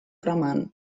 cremant